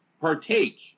partake